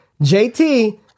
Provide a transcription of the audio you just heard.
JT